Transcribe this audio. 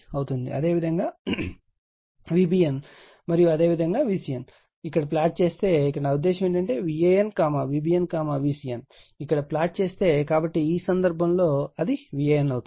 అదేవిధంగా Vbn మరియు అదేవిధంగా Vcn కోసం అంటే ఇక్కడ ప్లాట్ చేస్తే ఇక్కడ నా ఉద్దేశ్యం ఏమిటంటే Van Vbn Vcn ఇక్కడ ప్లాట్ చేస్తే కాబట్టి ఈ సందర్భంలో అది Van అవుతుంది